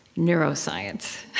neuroscience.